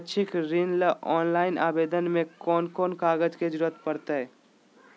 शैक्षिक ऋण ला ऑनलाइन आवेदन में कौन कौन कागज के ज़रूरत पड़तई?